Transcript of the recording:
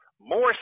More